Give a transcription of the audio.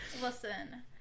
listen